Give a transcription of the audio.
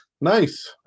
Nice